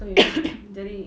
so jadi